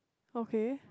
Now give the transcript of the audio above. okay